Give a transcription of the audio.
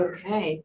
Okay